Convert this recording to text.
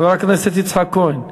חבר הכנסת יצחק כהן.